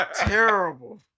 terrible